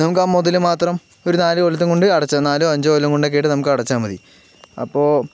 നമുക്കാ മുതല് മാത്രം ഒരു നാല് കൊല്ലത്ത് കൊണ്ട് അടച്ചാൽ നാലോ അഞ്ചോ കൊല്ലങ്ങൾ കൊണ്ടൊക്കെ ആയിട്ട് നമുക്ക് അടച്ചാൽ മതി അപ്പോ